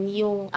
yung